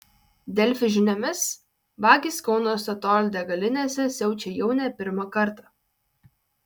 delfi žiniomis vagys kauno statoil degalinėse siaučia jau ne pirmą kartą